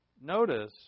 notice